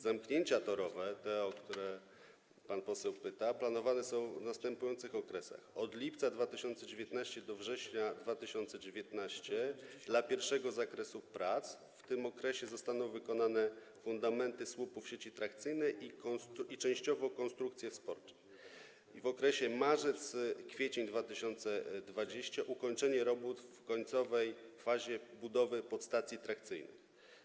Zamknięcia torowe, o które pan poseł pyta, planowane są w następujących okresach: od lipca 2019 r. do września 2019 r. dla pierwszego zakresu prac, w tym okresie zostaną wykonane fundamenty słupów sieci trakcyjnej i częściowo konstrukcje wsporcze, a w okresie marzec-kwiecień 2020 r. ukończenie robót w końcowej fazie budowy podstacji trakcyjnych.